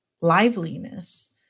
liveliness